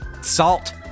Salt